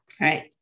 right